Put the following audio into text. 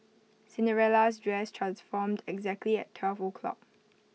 Cinderella's dress transformed exactly at twelve o'clock